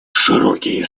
широкие